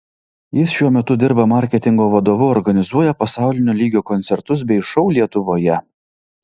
jis šiuo metu dirba marketingo vadovu organizuoja pasaulinio lygio koncertus bei šou lietuvoje